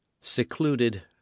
Secluded